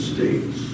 States